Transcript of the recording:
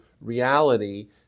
reality